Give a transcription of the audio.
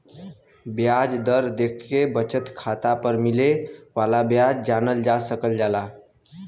ब्याज दर देखके बचत खाता पर मिले वाला ब्याज जानल जा सकल जाला